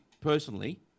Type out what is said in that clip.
personally